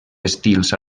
estils